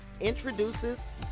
introduces